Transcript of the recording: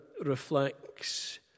reflects